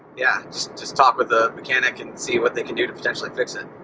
yeah, just talk with the mechanic and see what they can do to potentially fix it.